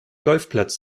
golfplatz